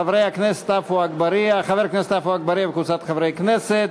של חבר הכנסת עפו אגבאריה וקבוצת חברי הכנסת.